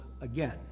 again